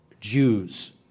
Jews